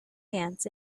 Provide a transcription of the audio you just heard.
hands